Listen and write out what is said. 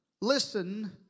listen